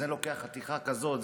זה לוקח חתיכה כזאת,